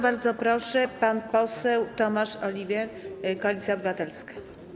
Bardzo proszę, pan poseł Tomasz Olichwer, Koalicja Obywatelska.